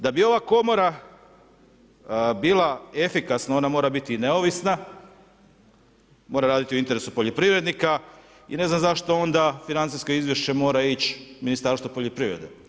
Da bi ova komora bila efikasna, ona mora biti i neovisna, mora raditi u interesu poljoprivrednika i ne znam zašto onda financijsko izvješće mora ići Ministarstvu poljoprivrede?